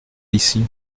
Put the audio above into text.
ici